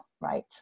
right